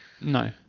No